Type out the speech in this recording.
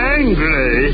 angry